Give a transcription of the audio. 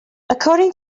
according